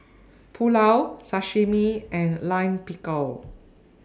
Pulao Sashimi and Lime Pickle